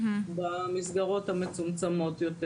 במסגרות המצומצמות יותר.